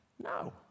no